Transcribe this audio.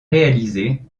réalisée